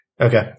Okay